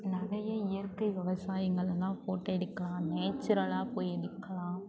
நிறைய இயற்கை விவசாயங்களெல்லாம் ஃபோட்டோ எடுக்கலாம் நேச்சுரலாக போய் எடுக்கலாம்